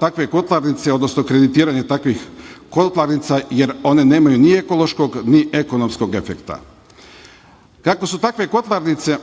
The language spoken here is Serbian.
takve kotlarnice, odnosno kreditiranje takvih kotlarnica, jer one nemaju ni ekološkog, ni ekonomskog efekta. Kako su takve kotlarnice